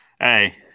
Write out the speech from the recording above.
hey